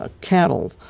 cattle